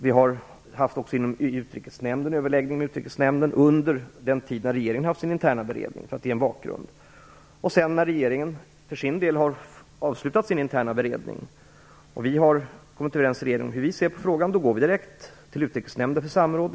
Vi har också under den tid som regeringen har haft sin interna beredning haft överläggningar inom utrikesnämnden för att ge en bakgrund. När sedan regeringen för sin del har avslutat sin interna beredning och vi har kommit överens om hur vi ser på frågan, går vi direkt till utrikesnämnden för samråd.